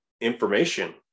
information